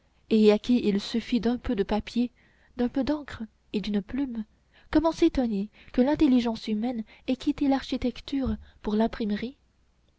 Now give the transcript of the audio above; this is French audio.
et à qui il suffit d'un peu de papier d'un peu d'encre et d'une plume comment s'étonner que l'intelligence humaine ait quitté l'architecture pour l'imprimerie